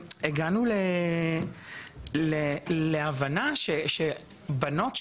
הגענו להבנה שבנות שמגיעות,